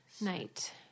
night